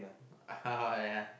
ya